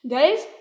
Guys